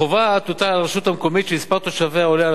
החובה תוטל על רשות מקומית שמספר תושביה עולה על